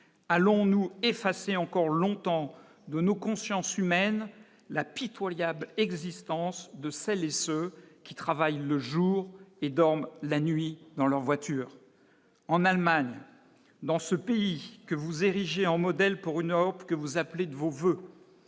allons-nous effacer encore longtemps de nos consciences humaines la pitoyable existence de celles et ceux qui travaillent le jour et dorment la nuit dans leur voiture en Allemagne dans ce pays que vous ériger en modèle pour une Europe que vous appelez de vos voeux